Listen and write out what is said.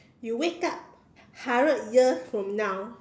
you wake up hundred years from now